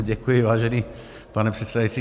Děkuji, vážený pane předsedající.